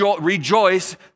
Rejoice